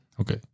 Okay